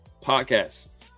podcast